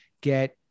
get